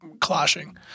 clashing